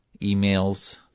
emails